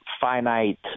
finite